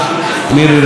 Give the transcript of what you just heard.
תודה רבה לכם.